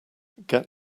get